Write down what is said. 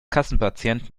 kassenpatient